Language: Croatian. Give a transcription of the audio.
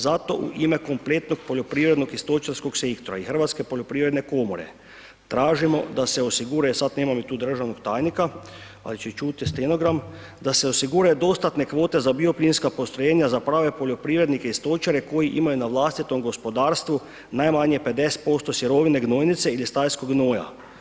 Zato u ime kompletnog poljoprivrednog i stočarskog sektora i Hrvatske poljoprivredne komore tražimo da se osiguraju, sad nemamo tu državnog tajnika ali će ću stenogram, da se osiguraju dostatne kvote za bioplinska postrojenja za prave poljoprivrednike i stočare koji imaju na vlastitom gospodarstvu najmanje 50% sirovine gnojnice ili stajskog gnoja.